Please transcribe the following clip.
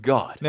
God